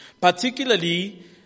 particularly